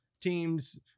teams